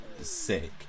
sick